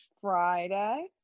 Friday